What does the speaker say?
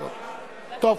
טוב,